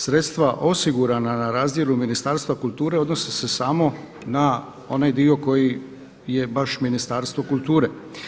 Sredstva osigurana na razdjelu Ministarstva kulture odnosi se samo na onaj dio koji je baš Ministarstvo kulture.